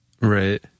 Right